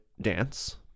dance